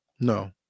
No